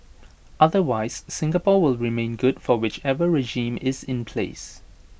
otherwise Singapore will remain good for whichever regime is in place